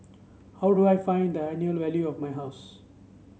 how do I find the annual value of my house